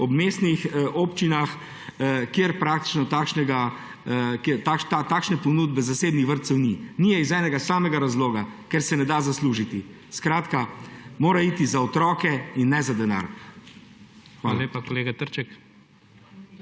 obmestnih občinah, kjer takšne ponudbe zasebnih vrtcev ni. Ni je iz enega samega razloga – ker se ne da zaslužiti. Skratka, mora iti za otroke in ne za denar. Hvala.